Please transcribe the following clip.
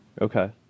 okay